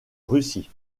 russie